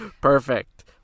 Perfect